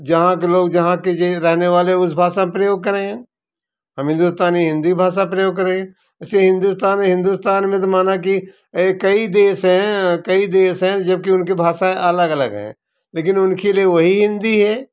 जहाँ के लोग जहाँ के जो रहने वाले उस भाषा का प्रयोग करेंगे हम हिंदुस्तानी हिंदी भाषा प्रयोग करेंगे वैसे हिंदुस्तान है हिंदुस्तान में तो माना कि कई देश हैं कई देश हैं जबकि उनकी भाषाएँ अलग अलग है लेकिन उनके लिए वही हिंदी है